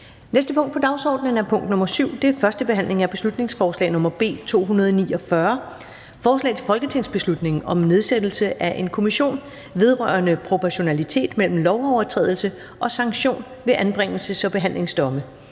næste punkt på dagsordenen er: 7) 1. behandling af beslutningsforslag nr. B 249: Forslag til folketingsbeslutning om nedsættelse af en kommission vedrørende proportionalitet mellem lovovertrædelse og sanktion ved anbringelses- og behandlingsdomme.